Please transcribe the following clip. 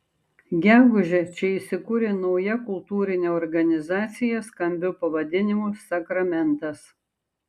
gegužę čia įsikūrė nauja kultūrinė organizacija skambiu pavadinimu sakramentas